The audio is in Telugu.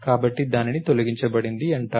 కాబట్టి దానిని తొలగించబడింది అంటారు